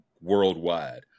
worldwide